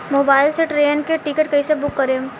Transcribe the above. Mobile से train के ticket कैसे बूक करेम?